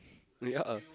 ya